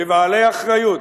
כבעלי אחריות,